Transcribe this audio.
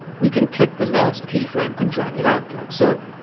we can click the last keyframe and drag it out like so.